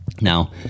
now